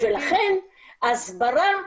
לכן ההסברה,